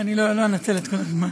אני לא אנצל את כל הזמן.